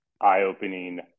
eye-opening